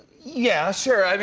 yeah, sure. i mean